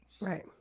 Right